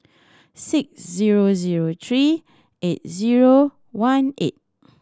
six zero zero three eight zero one eight